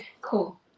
Cool